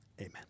Amen